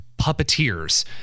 puppeteers